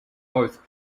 both